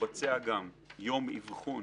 התבצע גם יום אבחון